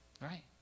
Right